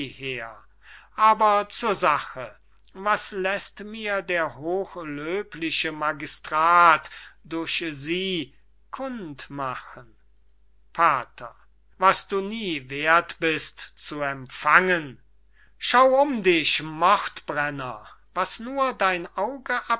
hieher aber zur sache was läßt mir der hochlöbliche magistrat durch sie kund machen pater was du nie werth bist zu empfangen schau um dich mordbrenner was nur dein auge